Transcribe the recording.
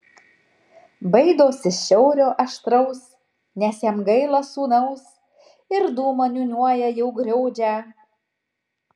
baidosi šiaurio aštraus nes jam gaila sūnaus ir dūmą niūniuoja jau griaudžią